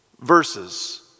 Verses